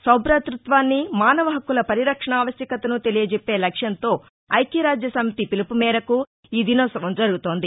సౌభాతృత్వాన్ని మానవ హక్కుల పరిరక్షణ ఆవశ్యకతను తెలియజెప్పే లక్ష్యంతో ఐక్యరాజ్య సమితి పిలుపు మేరకు ఈ దినోత్సవం జరుగుతోంది